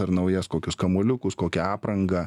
ar naujas kokius kamuoliukus kokią aprangą